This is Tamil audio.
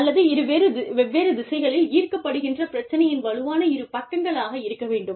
அல்லது இரு வெவ்வேறு திசைகளில் ஈர்க்கப்படுகின்ற பிரச்சனையின் வலுவான இருப் பக்கங்களாக இருக்க வேண்டும்